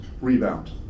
rebound